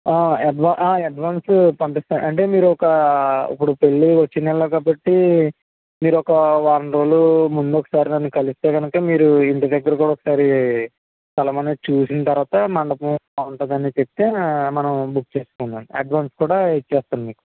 అడ్ advance పంపిస్తా అంటే మీరొక ఇప్పుడు పెళ్ళి వచ్చే నెల్లో కాబట్టి మీరొక వారం రోజులు ముందొకసారి మీరు కలిస్తే కనుక మీరు ఇంటి దగ్గర కూడా మీరొకసారి స్థలమనేది చూసిన తరువాత మండపం బాగుంటాదని చెప్తే మనము బుక్ చేసుకుందామండి అడ్వాన్సు కూడా ఇచ్చేస్తాను మీకు